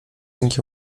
اینکه